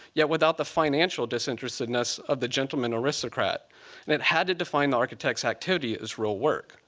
yet without the financial disinterestedness of the gentleman aristocrat. and it had to define architect's activity as real work.